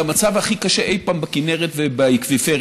זה המצב הכי קשה אי-פעם בכינרת ובאקוויפרים,